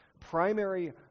primary